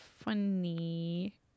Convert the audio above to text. Funny